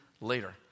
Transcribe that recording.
later